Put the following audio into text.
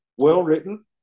Well-written